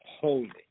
holy